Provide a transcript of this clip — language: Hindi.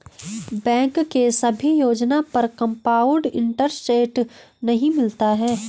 बैंक के सभी योजना पर कंपाउड इन्टरेस्ट नहीं मिलता है